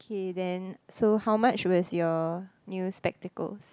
okay then so how much was your new spectacles